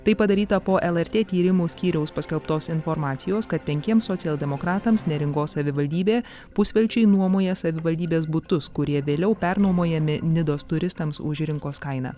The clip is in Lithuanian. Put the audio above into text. tai padaryta po lrt tyrimų skyriaus paskelbtos informacijos kad penkiems socialdemokratams neringos savivaldybė pusvelčiui nuomoja savivaldybės butus kurie vėliau pernuomojami nidos turistams už rinkos kainą